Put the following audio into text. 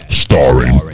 starring